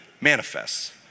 manifests